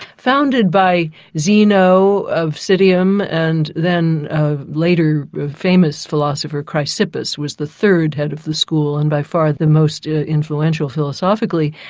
founded by zeno of citium and then later a famous philosopher, chrysippus, was the third head of the school and by far the most influential philosophically.